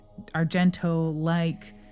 Argento-like